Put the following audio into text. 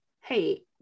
Hey